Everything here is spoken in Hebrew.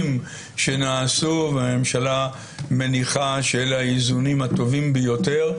שנעשו ומניחה שאלה האיזונים הטובים ביותר,